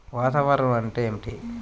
వాతావరణం అంటే ఏమిటి?